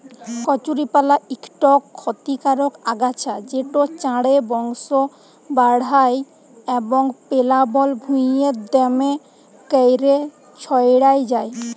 কচুরিপালা ইকট খতিকারক আগাছা যেট চাঁড়ে বংশ বাঢ়হায় এবং পেলাবল ভুঁইয়ে দ্যমে ক্যইরে ছইড়াই যায়